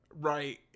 Right